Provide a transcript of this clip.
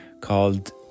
called